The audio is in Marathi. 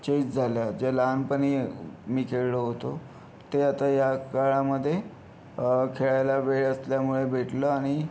चेस झालं जे लहानपणी मी खेळलो होतो ते आता ह्या काळामध्ये खेळायला वेळ असल्यामुळे भेटलं आणि